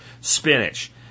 Spinach